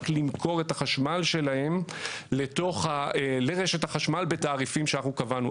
למכור את החשמל שלהם לרשת החשמל בתעריפים שקבענו.